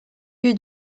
lieu